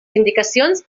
indicacions